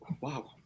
Wow